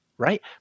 right